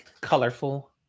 colorful